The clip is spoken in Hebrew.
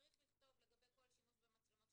צריך לכתוב לגבי כל שימוש במצלמות,